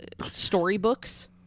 storybooks